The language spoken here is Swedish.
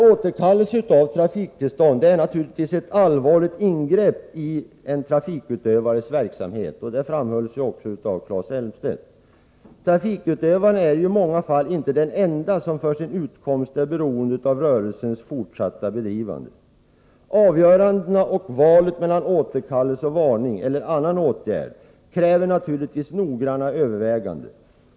Återkallelse av ett trafiktillstånd är naturligtvis ett allvarligt ingrepp i en trafikutövares verksamhet. Det framfördes ju också av Claes Elmstedt. Trafikutövaren är i många fall inte den ende som för sin utkomst är beroende av rörelsens fortsatta bedrivande. Avgörandena och valet mellan återkallelse eller varning och annan åtgärd kräver naturligtvis noggranna överväganden.